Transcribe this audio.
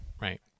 Right